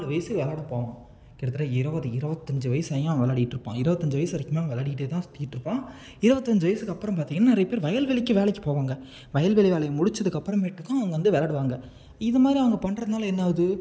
நாலு வயசில் விளாட போவான் கிட்டத்தட்ட இருபது இருபத்தஞ்சு வயசுலேயும் அவன் விளையாடிட்டு இருப்பான் இருபத்தஞ்சு வயசு வரைக்கும் அவன் விளையாடிக்கிட்டே தான் சுற்றிக்கிட்டு இருப்பான் இருவபத்தஞ்சு வயசுக்கப்புறம் பார்த்திங்கன்னா நிறைய பேர் வயல்வெளிக்கு வேலைக்கு போவாங்க வயல்வெளி வேலையை முடிச்சதுக்கப்பறமேட்டுக்கும் அவங்க வந்து விளாடுவாங்க இது மாதிரி அவங்க பண்ணுறதுனால என்ன ஆகுது